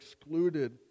excluded